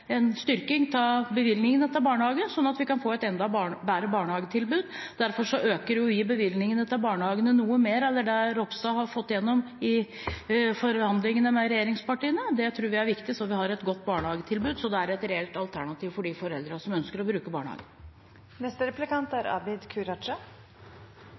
en styrking av bevilgningene til barnehagene, så vi kan få et enda bedre barnehagetilbud. Derfor øker vi bevilgningene til barnehagene noe mer enn det Ropstad har fått gjennom i forhandlingene med regjeringspartiene. Det tror vi er viktig, så vi har et godt barnehagetilbud som er et reelt alternativ for de foreldrene som ønsker å bruke